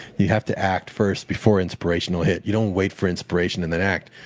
you have to act first before inspiration will hit. you don't wait for inspiration and then act,